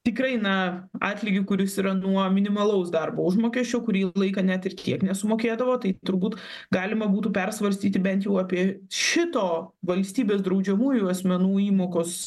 tikrai na atlygį kuris yra nuo minimalaus darbo užmokesčio kurį laiką net ir tiek nesumokėdavo tai turbūt galima būtų persvarstyti bent jau apie šito valstybės draudžiamųjų asmenų įmokos